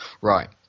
Right